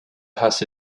has